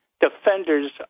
defenders